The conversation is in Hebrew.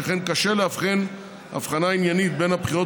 שכן קשה להבחין הבחנה עניינית בין הבחירות